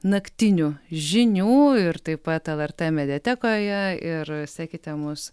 naktinių žinių ir taip pat lrt mediatekoje ir sekite mus